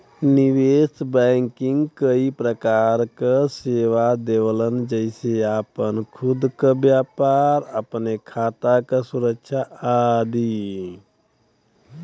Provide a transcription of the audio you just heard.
निवेश बैंकिंग कई प्रकार क सेवा देवलन जेसे आपन खुद क व्यापार, अपने खाता क सुरक्षा आदि